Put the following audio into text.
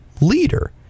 leader